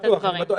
אני בטוח,